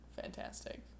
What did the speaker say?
fantastic